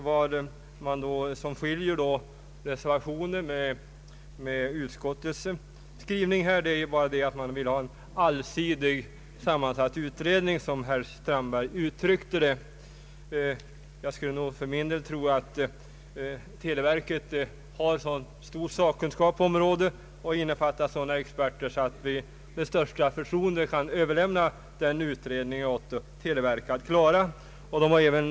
Vad som skiljer reservanterna från utskottsmajoriteten är att reservanterna vill ha en allsidigt sammansatt utredning, som herr Strandberg uttryckte det. Jag skulle för min del tro att televerket har sådan sakkunskap på området och tillgång till sådana experter att vi med största förtroende kan överlämna åt televerket att klara också den utredningen.